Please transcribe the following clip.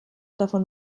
davon